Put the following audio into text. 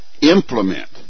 implement